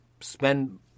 spend